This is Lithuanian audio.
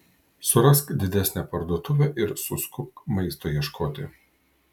surask didesnę parduotuvę ir suskubk maisto ieškoti